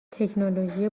تکنولوژی